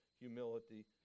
humility